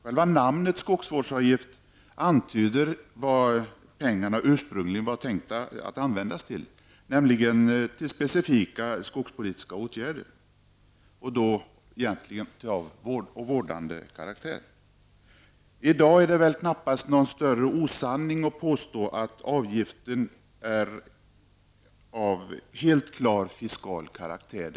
Själva namnet skogsvårdsavgift antyder vad pengarna ursprungligen var tänkta att användas till, nämligen specifikt skogspolitiska åtgärder, och då egentligen av vårdande karaktär. I dag är det väl knappast någon större osanning att påstå att avgiften är av helt klar fiskal karaktär.